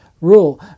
rule